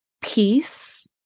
peace